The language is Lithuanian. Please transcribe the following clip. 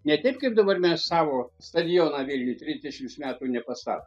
ne taip kaip dabar mes savo stadioną vilniuj trisdešimts metų nepastatom